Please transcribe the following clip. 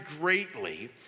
greatly